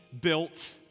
built